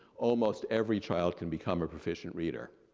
almost every child can become a proficient reader,